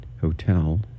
Hotel